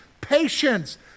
patience